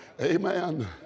Amen